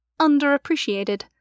underappreciated